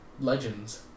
Legends